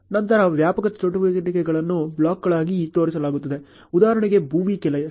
ನಂತರ ವ್ಯಾಪಕ ಚಟುವಟಿಕೆಗಳನ್ನು ಬ್ಲಾಕ್ಗಳಾಗಿ ತೋರಿಸಲಾಗುತ್ತದೆಉದಾಹರಣೆಗೆ ಭೂಮಿಯ ಕೆಲಸ